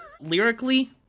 Lyrically